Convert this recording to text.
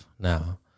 now